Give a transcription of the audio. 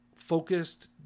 focused